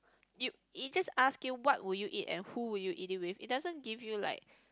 you it just ask you what will you eat and who will you eat it with it doesn't give you like